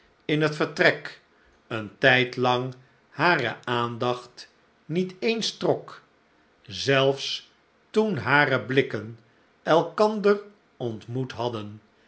in het vertrek een tijdlang hare aandacht niet eens trok zelfs toen hare blikken elkander ontmoet hadden